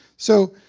so,